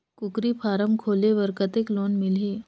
कूकरी फारम खोले बर कतेक लोन मिलही?